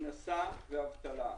הכנסה ואבטלה.